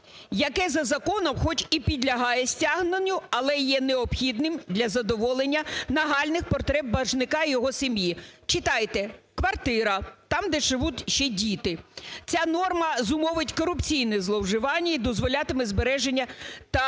яке за законом хоч і підлягає стягненню, але є необхідним для задоволення нагальних потреб боржника і його сім'ї. Читайте: квартира, там, де живуть ще діти. Ця норма зумовить корупційні зловживання і дозволятиме збереження та…